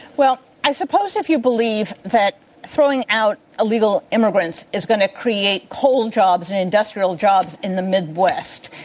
well, i suppose if you believe that throwing out illegal immigrants is going to create whole jobs and industrial jobs in the midwest,